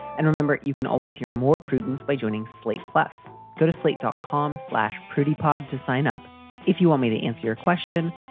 and remember, you can always hear more prudence by joining slate. plus go to sleep dot com slash pretty pod to sign up if you want me to answer your question.